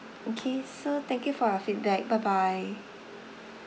okay so thank you for your feedback bye bye